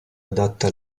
adatta